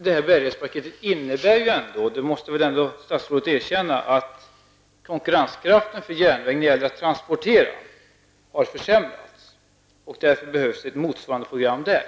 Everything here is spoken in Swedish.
Bärighetspaketet innebär ju ändå, det måste väl statsrådet erkänna, att konkurrenskraften för järnvägen -- när det gäller att transportera -- har försämrats och att det därför behövs ett motsvarande program där.